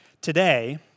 today